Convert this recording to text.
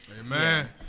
Amen